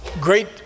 great